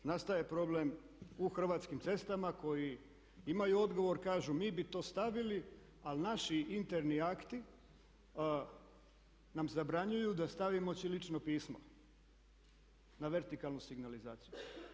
Nastaje problem u Hrvatskim cestama koji imaju odgovor, kažu mi bi to stavili ali naši interni akti nam zabranjuju da stavimo ćirilično pismo na vertikalnu signalizaciju.